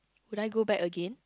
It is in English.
would I go back again